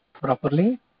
properly